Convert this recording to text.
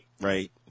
right